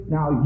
Now